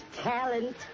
talent